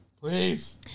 Please